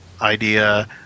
idea